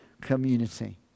community